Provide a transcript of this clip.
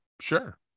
Sure